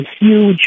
huge